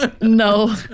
No